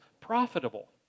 profitable